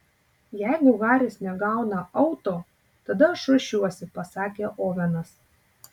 jeigu haris negauna auto tada aš ruošiuosi pasakė ovenas